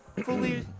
fully